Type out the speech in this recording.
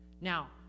Now